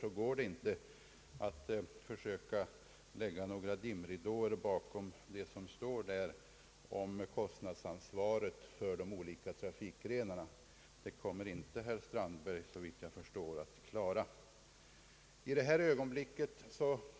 Det går inte att lägga några dimridåer över det som beslutades om kostnadsansvaret för de olika trafikgrenarna. Det kommer herr Strandberg, såvitt jag förstår, inte att klara.